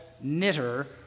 Knitter